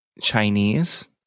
Chinese